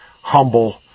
humble